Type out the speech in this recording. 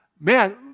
man